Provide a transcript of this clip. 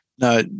No